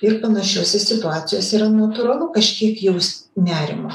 ir panašiose situacijose yra natūralu kažkiek jaust nerimą